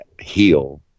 heal